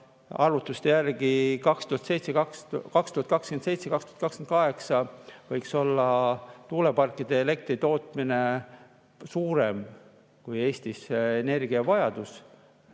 arvutuste järgi 2027–2028 võiks olla tuuleparkide elektri tootmine suurem, kui on Eestis energiavajadus.